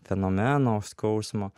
fenomeno skausmo